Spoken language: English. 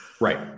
Right